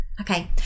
Okay